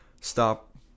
stop